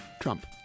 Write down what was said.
Trump